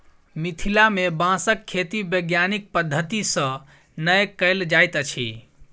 मिथिला मे बाँसक खेती वैज्ञानिक पद्धति सॅ नै कयल जाइत अछि